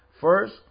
First